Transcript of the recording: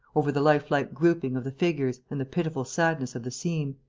over the life-like grouping of the figures and the pitiful sadness of the scene.